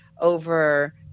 over